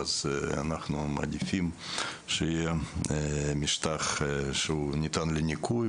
אנחנו מעדיפים שיהיה משטח שניתן לניקוי,